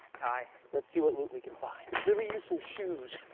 ty. let's see what loot we can find. could really use some shoes.